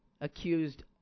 accused